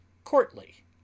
Courtly